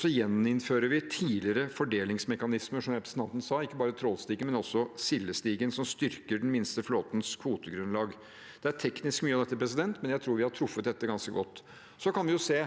Så gjeninnfører vi tidligere fordelingsmekanismer, som representanten sa, ikke bare trålstigen, men også sildestigen, som styrker den minste flåtens kvotegrunnlag. Mye av dette er teknisk, men jeg tror vi har truffet ganske godt. Så kan vi jo se